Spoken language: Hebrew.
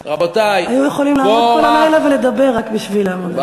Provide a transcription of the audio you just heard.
היו מוכנים כל הלילה לעמוד ולדבר בשביל לעמוד על עמדתם.